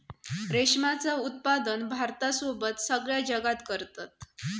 रेशमाचा उत्पादन भारतासोबत सगळ्या जगात करतत